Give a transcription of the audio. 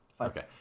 Okay